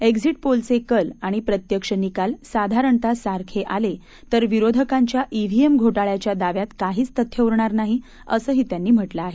exit पोलचे कल आणि प्रत्यक्ष निकाल साधरणतः सारखे आले तर विरोधकांच्या ईव्हीएम घोटाळ्याच्या दाव्यात काहीच तथ्य उरणार नाही असंही त्यांनी म्हटलं आहे